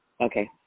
Okay